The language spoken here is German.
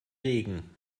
regen